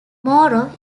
morrow